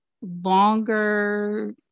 longer